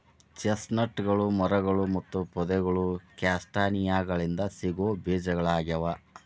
ಚೆಸ್ಟ್ನಟ್ಗಳು ಮರಗಳು ಮತ್ತು ಪೊದೆಗಳು ಕ್ಯಾಸ್ಟಾನಿಯಾಗಳಿಂದ ಸಿಗೋ ಬೇಜಗಳಗ್ಯಾವ